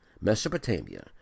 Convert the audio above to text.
Mesopotamia